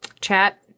Chat